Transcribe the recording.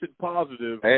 positive